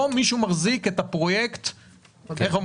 פה מישהו מחזיק את הפרויקט בגרון.